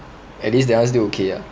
at least that one still okay ah